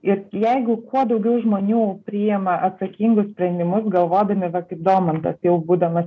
ir jeigu kuo daugiau žmonių priima atsakingus sprendimus galvodami va kaip domantas jau būdamas